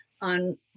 On